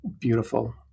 beautiful